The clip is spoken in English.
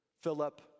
Philip